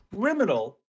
criminal